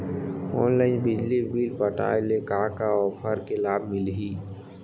Online बिजली bill पटाय ले का का ऑफ़र के लाभ मिलही?